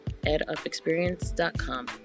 edupexperience.com